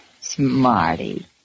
Smarty